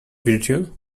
virtue